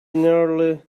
nearly